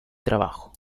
trabajo